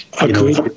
Agreed